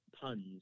puns